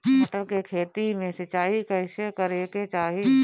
मटर के खेती मे सिचाई कइसे करे के चाही?